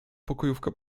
pokojówka